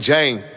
Jane